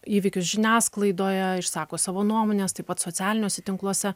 įvykius žiniasklaidoje išsako savo nuomones taip pat socialiniuose tinkluose